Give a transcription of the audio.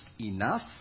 enough